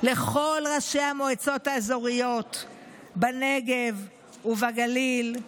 לכל ראשי המועצות האזוריות בנגב ובגליל,